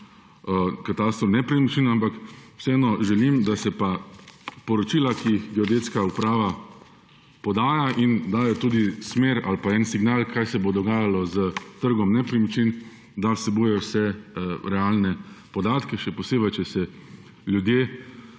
katastru nepremičnin, ampak vseeno želim, da poročila, ki jih Geodetska uprava podaja in s tem daje tudi smer ali pa signal, kaj se bo dogajalo s trgom nepremičnin, vsebujejo vse realne podatke, še posebej če se ljudje